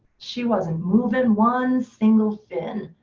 she wasn't moving one single fin.